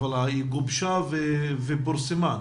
גובשה ופורסמה?